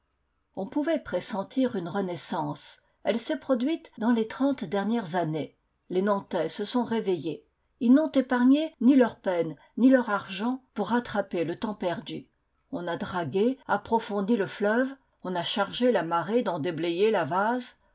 on pouvait pressentir une renaissance elle s'est produite dans les trente dernières années les nantais se sont réveillés ils n'ont épargné ni leur peine ni leur argent pour rattraper le temps perdu on a dragué approfondi le fleuve on a chargé la marée d'en déblayer la vase